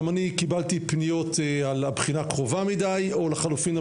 גם אני קיבלתי פניות על הבחינה קרובה מדי או לחלופין,